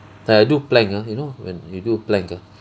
like I do plank ah you know when you do plank ah